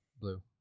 Blue